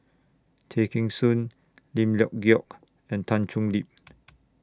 Tay Kheng Soon Lim Leong Geok and Tan Thoon Lip